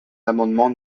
l’amendement